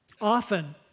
often